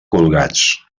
colgats